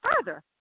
further